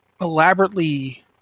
elaborately